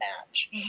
match